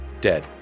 dead